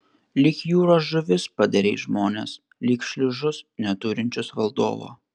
lyg jūros žuvis padarei žmones lyg šliužus neturinčius valdovo